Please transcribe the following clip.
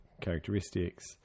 characteristics